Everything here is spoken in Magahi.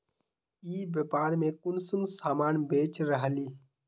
ई व्यापार में कुंसम सामान बेच रहली?